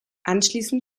anschließend